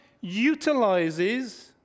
utilizes